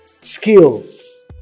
skills